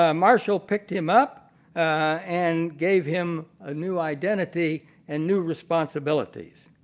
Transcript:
ah marshall picked him up and gave him a new identity and new responsibilities.